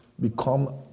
Become